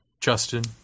Justin